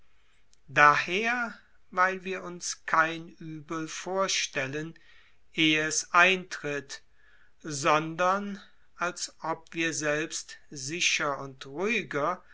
geschieht weil wir uns kein uebel vorstellen ehe es eintritt sondern als ob wir selbst sicher und ruhiger